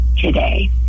today